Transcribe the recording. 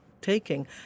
taking